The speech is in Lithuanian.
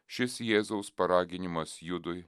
šis jėzaus paraginimas judui